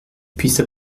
puisse